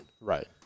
Right